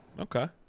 Okay